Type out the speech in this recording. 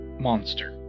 monster